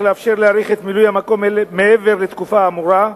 לאפשר להאריך את מילוי המקום אל מעבר לתקופה האמורה.